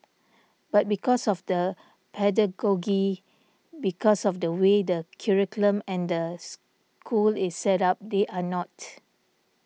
but because of the pedagogy because of the way the curriculum and the school is set up they are not